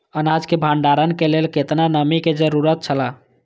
अनाज के भण्डार के लेल केतना नमि के जरूरत छला?